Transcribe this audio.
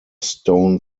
stone